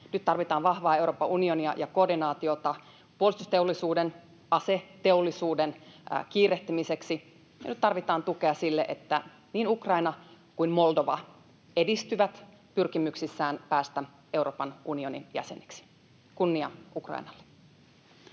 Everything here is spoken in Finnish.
Nyt tarvitaan vahvaa Euroopan unionia ja koordinaatiota puolustusteollisuuden, aseteollisuuden kiirehtimiseksi. Nyt tarvitaan tukea sille, että niin Ukraina kuin Moldova edistyy pyrkimyksissään päästä Euroopan unionin jäseneksi. Kunnia Ukrainalle.